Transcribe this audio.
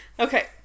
Okay